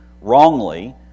wrongly